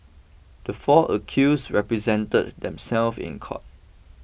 the four accuse represented themself in court